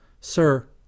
Sir